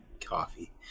Coffee